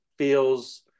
feels